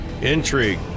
intrigue